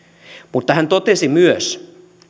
mutta hän totesi myös